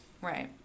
Right